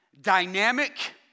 dynamic